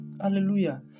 Hallelujah